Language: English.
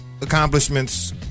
accomplishments